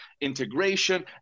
integration